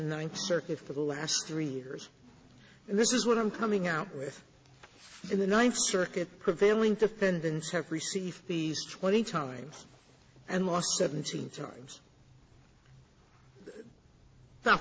ninth circuit for the last three years and this is what i'm coming out with in the ninth circuit prevailing defendants have received these twenty times and lost seventeen times no